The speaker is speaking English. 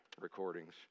recordings